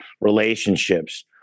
relationships